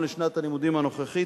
בשנת הלימודים הנוכחית,